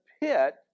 pit